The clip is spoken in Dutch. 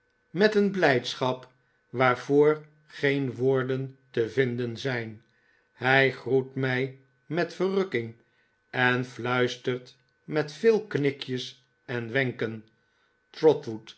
met een blijdschap waarvoor geen woorden te vinden zijn hij groet mij met verrukking en fluistert met veel knikjes en wenken